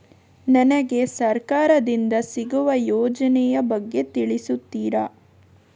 ನನಗೆ ಸರ್ಕಾರ ದಿಂದ ಸಿಗುವ ಯೋಜನೆ ಯ ಬಗ್ಗೆ ತಿಳಿಸುತ್ತೀರಾ?